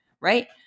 right